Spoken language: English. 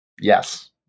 yes